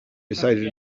recited